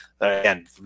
again